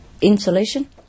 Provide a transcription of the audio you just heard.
insulation